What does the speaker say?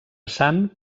sant